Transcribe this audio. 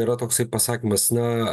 yra toksai pasakymas na